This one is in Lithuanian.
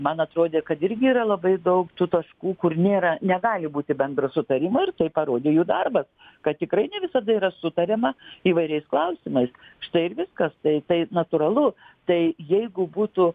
man atrodė kad irgi yra labai daug tų taškų kur nėra negali būti bendro sutarimo ir tai parodė jų darbas kad tikrai ne visada yra sutariama įvairiais klausimais štai ir viskas tai tai natūralu tai jeigu būtų